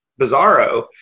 bizarro